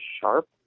sharp